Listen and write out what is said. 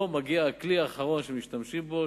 פה מגיע הכלי האחרון שמשתמשים בו,